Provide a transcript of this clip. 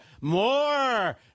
more